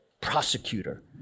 prosecutor